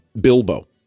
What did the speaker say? Bilbo